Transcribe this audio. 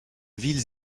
villes